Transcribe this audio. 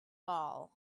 ball